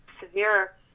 severe